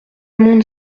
monde